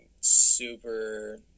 super